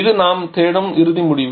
இது தான் நாம் தேடும் இறுதி முடிவு